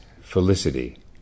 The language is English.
felicity